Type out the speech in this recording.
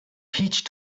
peach